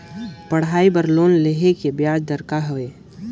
पढ़ाई बर लोन लेहे के ब्याज दर का हवे?